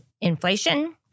inflation